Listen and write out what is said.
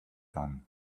done